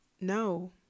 no